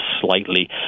slightly